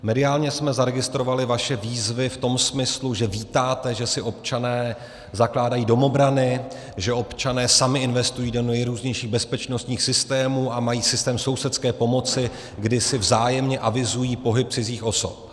Mediálně jsme zaregistrovali vaše výzvy v tom smyslu, že vítáte, že si občané zakládají domobrany, že občané sami investují do nejrůznějších bezpečnostních systémů a mají systém sousedské pomoci, kdy si vzájemně avizují pohyb cizích osob.